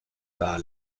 par